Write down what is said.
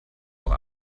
doch